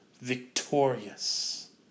victorious